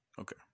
Okay